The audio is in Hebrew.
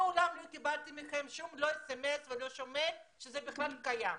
מעולם לא קיבלתי מכם אסמ"ס או מייל על כך שהשירות הזה בכלל קיים.